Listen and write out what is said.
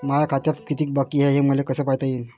माया खात्यात कितीक बाकी हाय, हे मले कस पायता येईन?